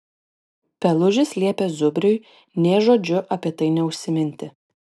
pelužis liepė zubriui nė žodžiu apie tai neužsiminti